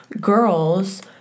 girls